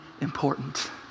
important